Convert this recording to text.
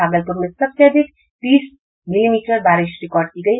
भागलपुर में सबसे अधिक तीस मिलीमीटर बारिश रिकॉर्ड की गयी